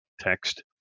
text